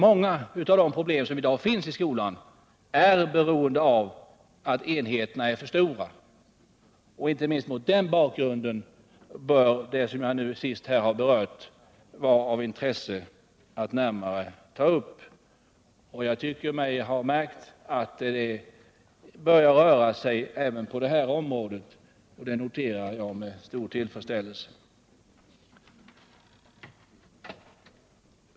Många av de problem som i dag förekommer i skolorna beror på att enheterna är stora. Inte minst mot den bakgrunden bör detta vara av intresse att närmare ta upp. Jag tycker mig ha märkt att det börjar röra sig även på detta område, och det noterar jag med stor tillfredsställelse.